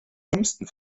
dümmsten